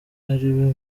ariwe